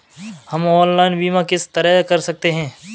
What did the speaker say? हम ऑनलाइन बीमा किस तरह कर सकते हैं?